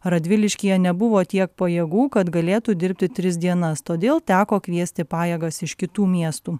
radviliškyje nebuvo tiek pajėgų kad galėtų dirbti tris dienas todėl teko kviesti pajėgas iš kitų miestų